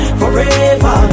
forever